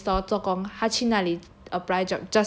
在那个 convenience store 做工她去那里